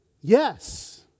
yes